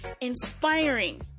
inspiring